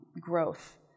growth